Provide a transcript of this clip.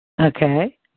okay